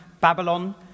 Babylon